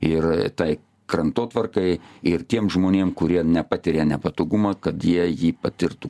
ir tai krantotvarkai ir tiem žmonėm kurie nepatiria nepatogumą kad jie jį patirtų